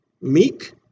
Meek